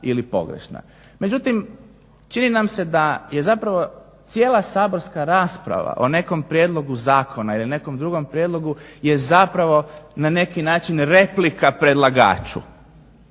Međutim čini nam se da je zapravo cijela saborska rasprava o nekom prijedlogu zakona ili nekom drugom prijedlogu je zapravo na neki način replika predlagaču